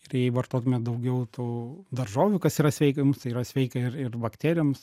ir jei vartotumėt daugiau tų daržovių kas yra sveika jums tai yra sveika ir ir bakterijoms